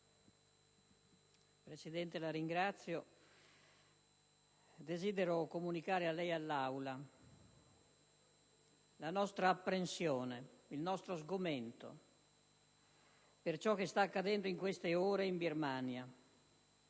Presidente, desidero comunicare a lei e all'Assemblea la nostra apprensione e il nostro sgomento per ciò che sta accadendo in queste ore in Birmania;